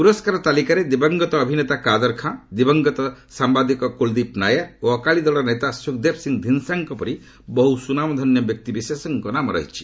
ପୁରସ୍କାର ତାଲିକାରେ ଦିବଂଗତ ଅଭିନେତା କାଦର ଖାଁ ଦିବଂଗତ ସାୟାଦିକ କୃଳଦୀପ ନାୟାର ଓ ଅକାଳି ଦଳର ନେତା ସୁଖ୍ଦେବ ସିଂ ଧିନ୍ଦସା ପରି ବହୁ ସୁନାମଧନ୍ୟ ବ୍ୟକ୍ତିବିଶେଷଙ୍କ ନାମ ରହିଛି